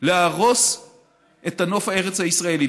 להרוס את הנוף הארץ-ישראלי.